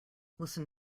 listen